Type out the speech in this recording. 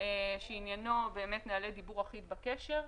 שעניינו נוהלי דיבור אחיד בקשר.